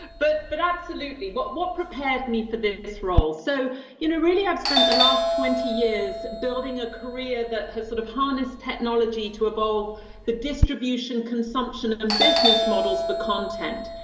but but absolutely, but what prepared me for this role. so you know really i've spent the last twenty years building a career that has sort of harnessed technology to evolve the distribution, consumption, and business models for content.